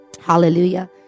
Hallelujah